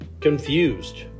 confused